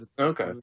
Okay